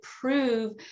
prove